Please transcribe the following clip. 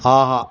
ஆஹா